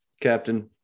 captain